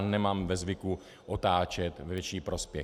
Nemám ve zvyku otáčet ve větší prospěch.